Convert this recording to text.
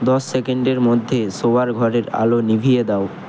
দশ সেকেন্ডের মধ্যে শোওয়ার ঘরের আলো নিভিয়ে দাও